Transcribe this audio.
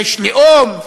יש לאום,